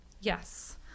Yes